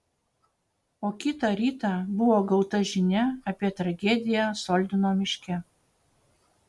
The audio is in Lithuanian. o kitą rytą buvo gauta žinia apie tragediją soldino miške